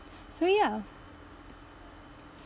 so ya